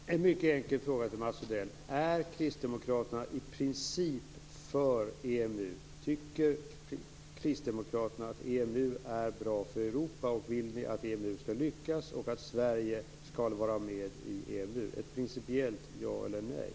Fru talman! En mycket enkel fråga till Mats Odell: Är kristdemokraterna i princip för EMU? Tycker kristdemokraterna att EMU är bra för Europa, och vill ni att EMU skall lyckas och att Sverige skall vara med i EMU? Ett principiellt ja eller nej!